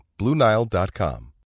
BlueNile.com